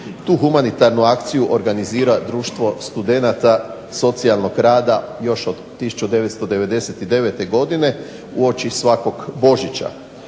tu humanitarnu akciju organizira Društvo studenata socijalnog rada još od 1999. godine uoči svakog Božića.